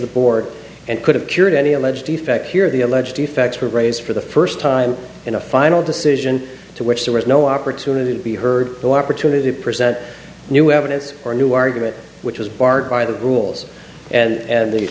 the board and could have cured any alleged defect here the alleged defects were raised for the first time in a final decision to which there was no opportunity to be heard the opportunity to present new evidence or new argument which was barred by the rules and